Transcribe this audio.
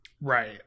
Right